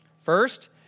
First